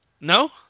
No